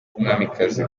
umwamikazi